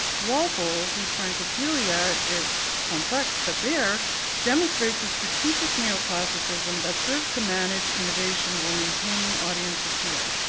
walpole who's francophilia is complex but there demonstrates a strategic neoclassicism that serves to manage innovation while maintaining audience appeal.